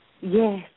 Yes